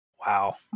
Wow